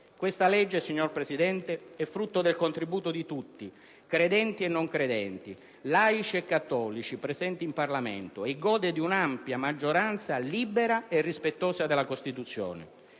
Questa legge, signor Presidente, è frutto del contributo di tutti, credenti e non credenti, laici e cattolici presenti in Parlamento, e gode di un'ampia maggioranza libera e rispettosa della Costituzione.